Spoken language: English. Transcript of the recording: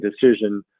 decision